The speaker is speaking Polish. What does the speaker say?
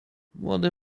młody